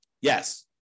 Yes